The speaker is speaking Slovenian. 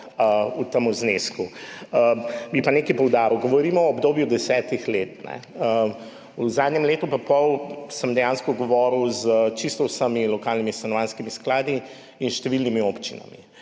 v tem znesku. Bi pa nekaj poudaril. Govorimo o obdobju desetih let. V zadnjem letu in pol sem dejansko govoril s čisto vsemi lokalnimi stanovanjskimi skladi in številnimi občinami.